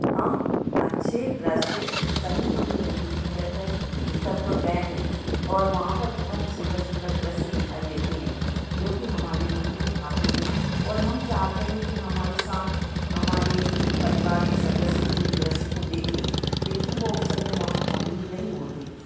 हम अच्छे दृश्य कहीं हम यदि पर्यटन स्थल पर गए हैं और वहाँ पर बहुत ही सुंदर सुंदर दृश्य दिखाई देते हैं जोकि हमारे मन को भाते हैं और हम चाहते हैं कि हमारे साथ हमारे परिवार के सदस्य भी उन दृश्य को देखें किन्तु वो उस समय वहाँ मौज़ूद नहीं होते